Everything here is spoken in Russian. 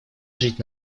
жить